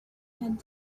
had